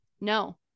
no